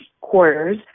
quarters